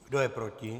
Kdo je proti?